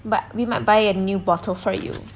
but we might buy a new bottle for you